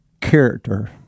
character